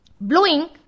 Blowing